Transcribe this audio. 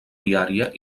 diària